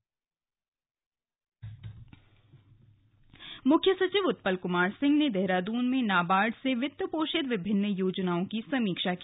slug समीक्षा बैठक मुख्य सचिव उत्पल कुमार सिंह ने देहरादून में नाबार्ड से वित्त पोषित विभिन्न योजनाओं की समीक्षा की